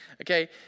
Okay